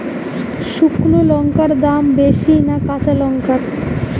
শুক্নো লঙ্কার দাম বেশি না কাঁচা লঙ্কার?